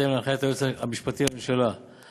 בהתאם להנחיית היועץ המשפטי האמורה,